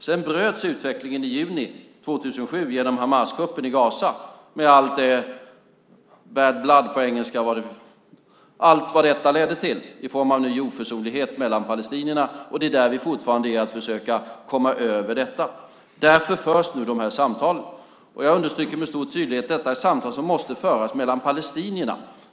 Sedan bröts utvecklingen i juni 2007 genom Hamaskuppen i Gaza med allt bad blood , allt som detta ledde till i form av ny oförsonlighet mellan palestinierna. Det är där vi fortfarande är. Vi försöker komma över detta. Därför förs nu de här samtalen. Jag understryker med stor tydlighet att detta är samtal som måste föras mellan palestinierna.